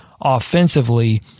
offensively